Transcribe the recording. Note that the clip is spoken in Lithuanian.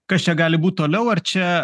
kas čia gali būt toliau ar čia